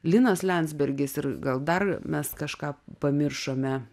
linas liandsbergis ir gal dar mes kažką pamiršome